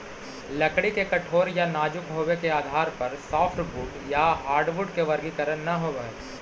लकड़ी के कठोर या नाजुक होबे के आधार पर सॉफ्टवुड या हार्डवुड के वर्गीकरण न होवऽ हई